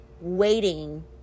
waiting